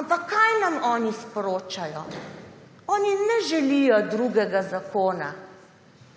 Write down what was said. Ampak kaj nam oni sporočajo? Oni ne želijo drugega zakona.